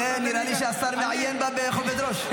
בשביל זה נראה לי שהשר מעיין בה בכובד ראש.